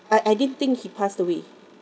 I I didn't think he passed away